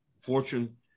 Fortune